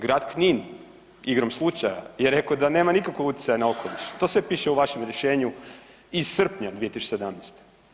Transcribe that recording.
Grad Knin igrom slučaja je rekao da nema nikakvog utjecaja na okoliš, to sve piše u vašem rješenju iz srpnja 2017.